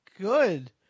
good